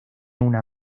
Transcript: una